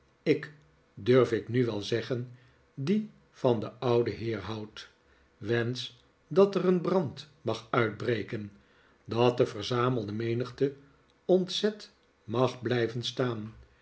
ik durf ik nu wel zeggen die van den ouden heer houd wensch dat er een brand mag uitbreken dat de verzamelde menigte ontzet mag blijven staan